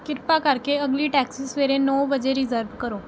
ਕਿਰਪਾ ਕਰਕੇ ਅਗਲੀ ਟੈਕਸੀ ਸਵੇਰੇ ਨੌਂ ਵਜੇ ਰਿਜ਼ਰਵ ਕਰੋ